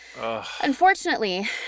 unfortunately